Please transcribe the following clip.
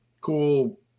Cool